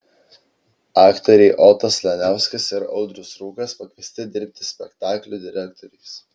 aktoriai otas laniauskas ir audrius rūkas pakviesti dirbti spektaklių direktoriais